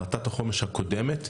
החלטת החומש הקודמת,